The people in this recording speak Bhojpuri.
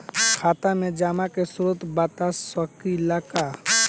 खाता में जमा के स्रोत बता सकी ला का?